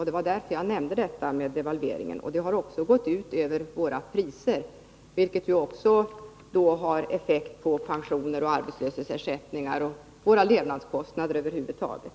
Det var därför jag nämnde devalveringen. Det har också gått ut över våra priser, vilket har effekt på pensioner, arbetslöshetsersättningar och på våra levnadskostnader över huvud taget.